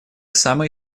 самые